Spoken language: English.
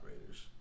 Raiders